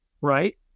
right